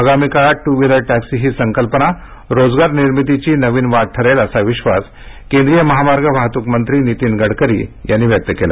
आगामी काळात two wheeler taxi ही संकल्पना रोजगार निर्मितीची नवीन वाट ठरेल असा विश्वास केंद्रीय महामार्ग वाहतूक मंत्री नितीन गडकरी यांनी व्यक्त केला